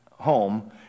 home